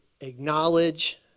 acknowledge